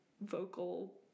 vocal